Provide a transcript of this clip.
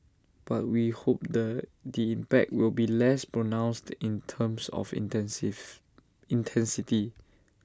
but we hope the the impact will be less pronounced in terms of intensive intensity